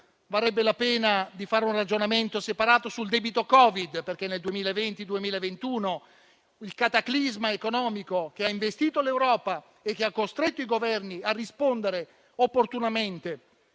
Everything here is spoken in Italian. Varrebbe la pena di fare un ragionamento separato sul debito Covid, perché nel periodo 2020-2021 il cataclisma economico che ha investito l'Europa e ha costretto i Governi a rispondere opportunamente,